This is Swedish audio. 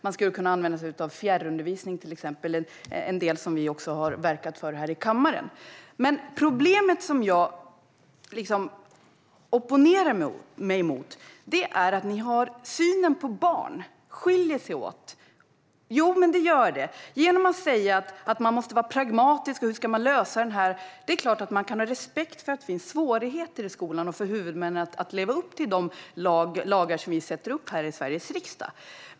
Man skulle kunna använda sig av fjärrundervisning, till exempel. Det är en del som vi också har verkat för här i kammaren. Men problemet, som jag liksom opponerar mig mot, handlar om synen på barn. Man säger att man måste vara pragmatisk och undrar hur man ska lösa detta. Det är klart att man kan ha respekt för att det finns svårigheter för skolorna och för huvudmännen att leva upp till de lagar som vi stiftar i Sveriges riksdag.